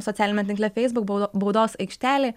socialiniame tinkle facebook baudo baudos aikštelė